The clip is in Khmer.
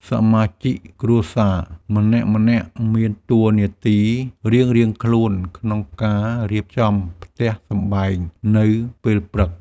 សមាជិកគ្រួសារម្នាក់ៗមានតួនាទីរៀងៗខ្លួន ក្នុងការរៀបចំផ្ទះសម្បែងនៅពេលព្រឹក។